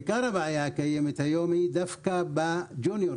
עיקר הבעיה הקיימת היום היא דווקא בג'וניורים,